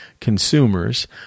consumers